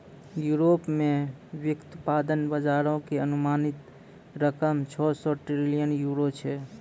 Europe मे व्युत्पादन बजारो के अनुमानित रकम छौ सौ ट्रिलियन यूरो छै